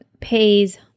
pays